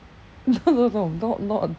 no no no not not